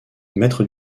maîtres